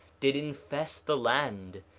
did infest the land,